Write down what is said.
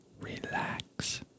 relax